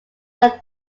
that